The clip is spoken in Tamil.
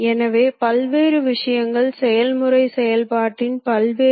எனவே இயந்திரத்திற்கு அடுத்த அறிவுறுத்தல் X 300 ஆக இருக்கும்